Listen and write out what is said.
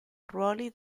ruoli